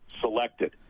selected